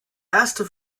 erste